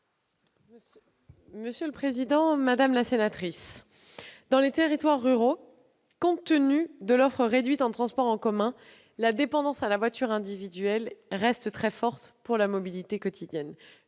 la secrétaire d'État. Madame la sénatrice, dans les territoires ruraux, compte tenu de l'offre réduite en transports en commun, la dépendance à la voiture individuelle reste très forte pour la mobilité quotidienne.